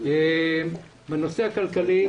בנושא הכלכלית.